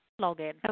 login